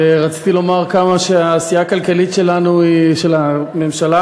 ורציתי לומר כמה העשייה הכלכלית שלנו היא של הממשלה,